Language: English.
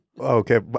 okay